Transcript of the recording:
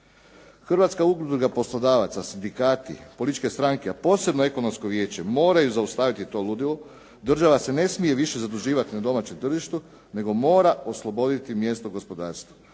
Hrvatska udruga poslodavaca, sindikati, političke stranke, a posebno Ekonomsko vijeće moraju zaustaviti to ludilo. Država se ne smije više zaduživati na domaćem tržištu, nego mora osloboditi mjesto gospodarstvu.